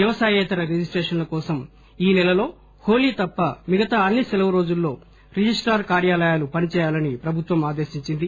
వ్యవసాయేతర రిజిస్టేషన్ల కోసం ఈ సెలలో హోళీ తప్ప మిగతా అన్ని సెలవు రోజుల్లో రిజిస్టార్ కార్యాలయాలు పని చేయాలని ప్రభుత్వం ఆదేశించింది